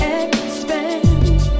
expand